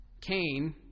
Cain